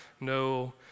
no